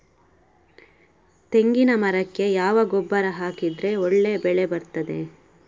ತೆಂಗಿನ ಮರಕ್ಕೆ ಯಾವ ಗೊಬ್ಬರ ಹಾಕಿದ್ರೆ ಒಳ್ಳೆ ಬೆಳೆ ಬರ್ತದೆ?